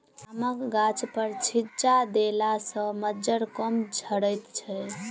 आमक गाछपर छिच्चा देला सॅ मज्जर कम झरैत छै